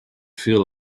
feel